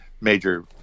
major